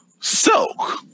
Silk